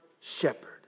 shepherd